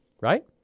right